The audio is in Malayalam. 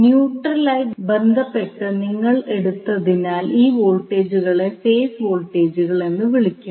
ന്യൂട്രൽ ആയി ബന്ധപ്പെട്ട് നിങ്ങൾ എടുത്തതിനാൽ ഈ വോൾട്ടേജുകളെ ഫേസ് വോൾട്ടേജുകൾ എന്ന് വിളിക്കുന്നു